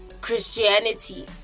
christianity